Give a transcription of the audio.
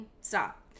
stop